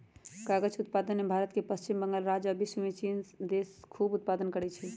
कागज़ उत्पादन में भारत के पश्चिम बंगाल राज्य आ विश्वमें चिन देश खूब उत्पादन करै छै